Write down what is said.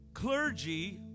Clergy